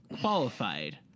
qualified